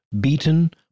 beaten